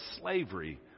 slavery